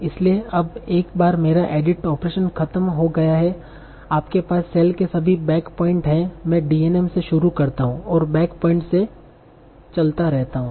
इसलिए अब एक बार मेरा एडिट ऑपरेशन खत्म हो गया है आपके पास सेल के सभी बैक पॉइंट हैं मैं D n m से शुरू करता हूं और बैक पॉइंट से चलता रहता हूं